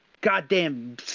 goddamn